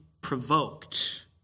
provoked